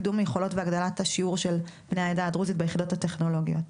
קידום יכולות והגדלת השיעור של בני העדה הדרוזית ביחידות הטכנולוגיות.